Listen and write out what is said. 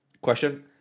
Question